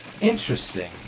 Interesting